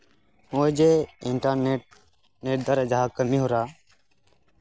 ᱱᱚᱜᱼᱚᱭ ᱡᱮ internet net ᱫᱟᱨᱟ ᱡᱟᱦᱟᱸ ᱠᱟᱹᱢᱤ ᱦᱚᱨᱟ